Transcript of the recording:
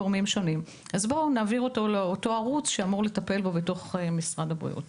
אז בואו נעבור לערוץ שאמור לטפל בו בתוך משרד הבריאות.